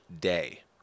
day